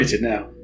now